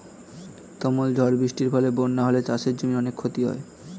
তুমুল ঝড় বৃষ্টির ফলে বন্যা হলে চাষের জমির অনেক ক্ষতি হয়